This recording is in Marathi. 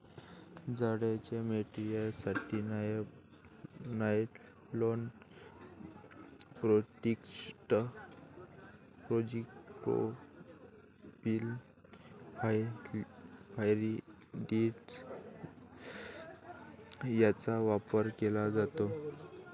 जाळीच्या मटेरियलसाठी नायलॉन, पॉलिएस्टर, पॉलिप्रॉपिलीन, पॉलिथिलीन यांचा वापर केला जातो